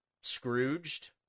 Scrooged